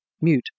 mute